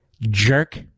jerk